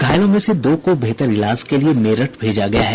घायलों में से दो को बेहतर इलाज के लिये मेरठ भेजा गया है